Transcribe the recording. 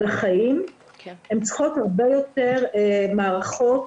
גם נמצאת שרה שיכולה להוביל את זה במשרדך,